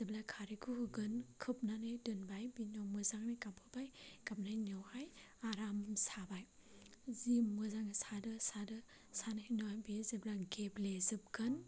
जेब्ला खारैखौ होगोन खोबनानै दोनबाय बेनि उनाव मोजाङै गाबहोबाय गाबनायनि उनावहाय आराम साबाय जि मोजां सादो सादो सानायनि उनावहाय बेङो जेब्ला गेब्लेजोबगोन